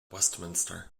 westminster